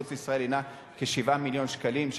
מחוץ לישראל הינה כ-7 מיליון שקלים,